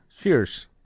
Cheers